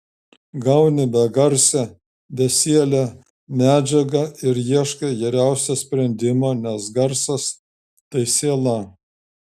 gauni begarsę besielę medžiagą ir ieškai geriausio sprendimo nes garsas tai siela